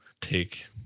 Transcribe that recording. take